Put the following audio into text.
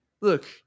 look